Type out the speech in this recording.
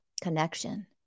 connection